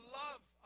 love